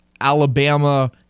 Alabama